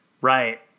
Right